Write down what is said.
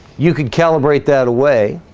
you could calibrate that away